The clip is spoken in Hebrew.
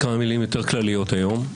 כמה מילים יותר כלליות היום.